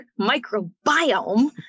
microbiome